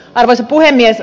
arvoisa puhemies